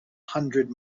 hundred